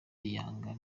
yanga